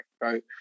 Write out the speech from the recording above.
right